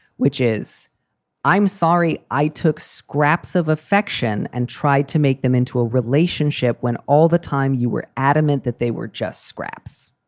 which is i'm sorry, i took scraps of affection and tried to make them into a relationship when all the time you were adamant that they were just scraps.